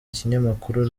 ikinyamakuru